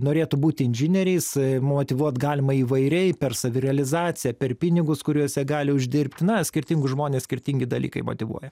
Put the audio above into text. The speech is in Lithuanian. norėtų būti inžinieriais motyvuot galima įvairiai per savirealizaciją per pinigus kuriuos jie gali uždirbti na skirtingus žmones skirtingi dalykai motyvuoja